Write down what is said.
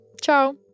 Ciao